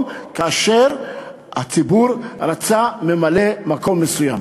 כאשר הציבור רצה ממלא-מקום מסוים.